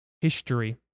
history